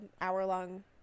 hour-long